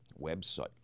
website